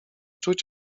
czuć